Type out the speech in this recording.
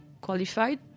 qualified